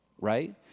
right